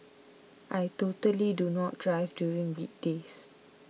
I totally do not drive during weekdays